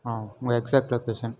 ஆ உங்கள் exact location